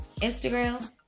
Instagram